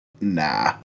Nah